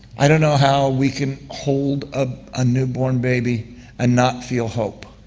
i don't know how we can hold a ah newborn baby and not feel hope.